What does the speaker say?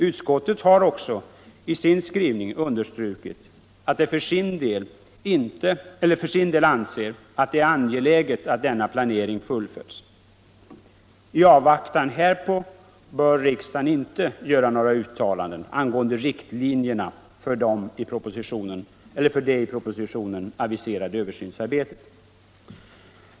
Utskottet har också i sin skrivning understrukit att det för sin del anser det angeläget att denna planering fullföljs. I avvaktan härpå bör riksdagen inte göra några uttalanden angående riktlinjerna för det i propositionen aviserade översynsarbetet.